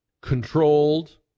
controlled